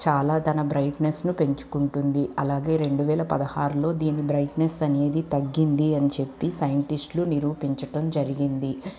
చాలా తన బ్రైట్నెస్ను పెంచుకుంటుంది అలాగే రెండువేల పదహారులో దీన్ని బ్రైట్నెస్ అనేది తగ్గింది అని చెప్పి సైంటిస్ట్లు నిరూపించడం జరిగింది